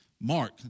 Mark